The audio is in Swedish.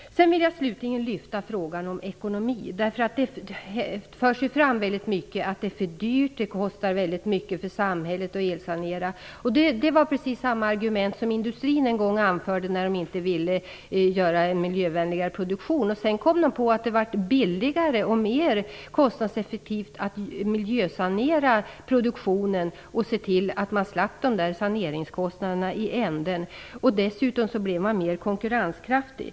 Jag vill slutligen lyfta fram frågan om ekonomi. Det har i stor utsträckning förts fram att det är för dyrt och att det kostar väldigt mycket för samhället att elsanera. Det var precis samma argument som industrin en gång anförde när den inte ville göra en miljövänligare produktion. Sedan kom den på att det blev billigare och mer kostnadseffektivt att miljösanera produktionen och se till att den slapp saneringskostnaderna i slutändan. Dessutom blev den mer konkurrenskraftig.